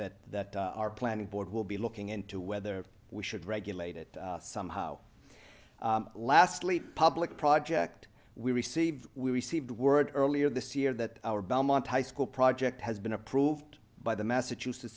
issue that our planning board will be looking into whether we should regulate it somehow lastly public project we received we received word earlier this year that our belmont high school project has been approved by the massachusetts